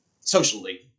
socially